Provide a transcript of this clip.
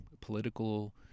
political